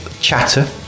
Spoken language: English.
chatter